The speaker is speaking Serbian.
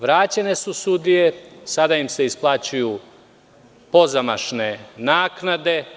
Vraćene su sudije, sada im se isplaćuju pozamašne naknade.